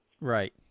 Right